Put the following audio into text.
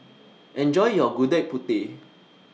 Enjoy your Gudeg Putih